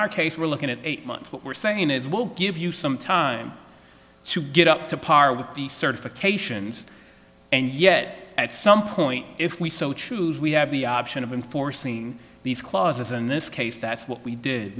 our case we're looking at eight months what we're saying is won't give you some time to get up to par with the certifications and yet at some point if we so choose we have the option of enforcing these clauses in this case that's what we did